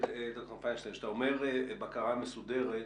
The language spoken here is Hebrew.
ד"ר פיינשטיין, כשאתה אומר בקרה מסודרת,